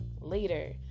later